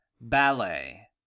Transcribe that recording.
ballet